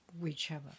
whichever